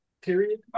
period